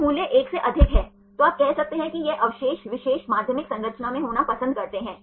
तो मूल्य 1 से अधिक है तो आप कह सकते हैं कि यह अवशेष विशेष माध्यमिक संरचना में होना पसंद करते हैं